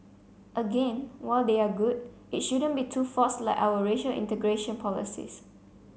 again while they are good it shouldn't be too forced like our racial integration policies